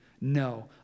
No